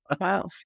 Wow